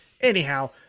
Anyhow